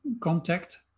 contact